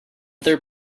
their